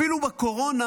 אפילו בקורונה